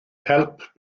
help